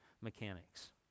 mechanics